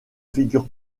figure